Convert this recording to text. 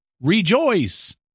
rejoice